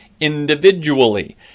individually